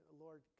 Lord